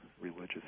religious